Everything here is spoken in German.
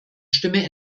stimme